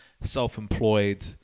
self-employed